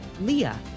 Leah